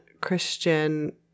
Christian